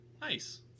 Nice